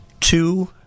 two